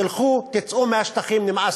תלכו, תצאו מהשטחים, נמאסתם.